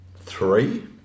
three